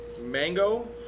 mango